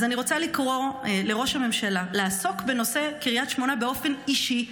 אז אני רוצה לקרוא לראש הממשלה לעסוק בנושא קריית שמונה באופן אישי,